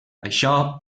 això